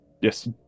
yes